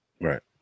Right